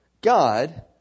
God